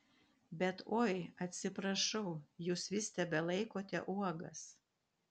bet oi atsiprašau jūs vis tebelaikote uogas